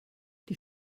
die